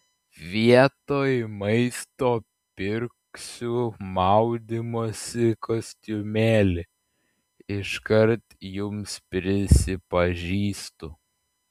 vietoj maisto pirksiu maudymosi kostiumėlį iškart jums prisipažįstu